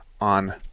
on